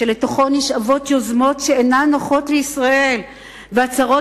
שלתוכו נשאבות יוזמות שאינן נוחות לישראל והצהרות